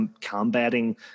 combating